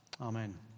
Amen